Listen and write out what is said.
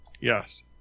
Yes